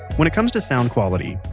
when it comes to sound quality,